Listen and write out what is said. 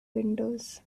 windows